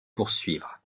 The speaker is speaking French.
poursuivre